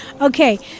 okay